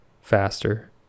faster